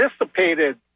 dissipated